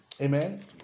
Amen